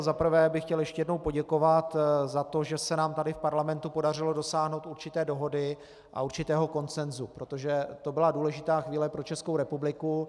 Za prvé bych chtěl ještě jednou poděkovat za to, že se nám tady v parlamentu podařilo dosáhnout určité dohody a určitého konsenzu, protože to byla důležitá chvíle pro Českou republiku.